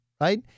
right